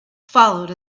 followed